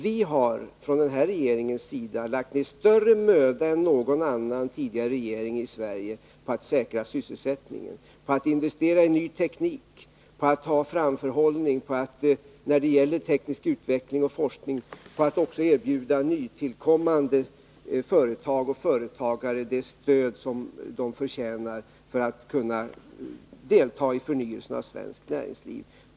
Vi har från den här regeringens sida lagt ned större möda än någon tidigare regering i Sverige på att säkra sysselsättningen, på att investera i ny teknik, på att ha framförhållning och på att när det gäller teknisk utveckling och forskning också erbjuda nytillkommande företag och företagare det stöd som de förtjänar för att kunna delta i förnyelsen av svenskt näringsliv.